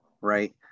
right